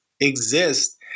exist